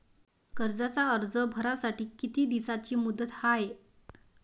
कर्जाचा अर्ज भरासाठी किती दिसाची मुदत हाय?